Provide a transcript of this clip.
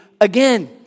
again